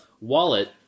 Wallet